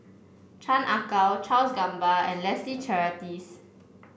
Chan Ah Kow Charles Gamba and Leslie Charteris